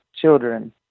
children